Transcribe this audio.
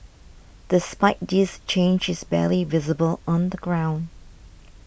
despite this change is barely visible on the ground